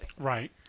Right